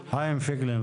פייגלין,